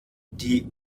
die